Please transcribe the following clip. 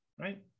right